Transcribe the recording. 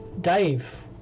dave